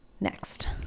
Next